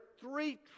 three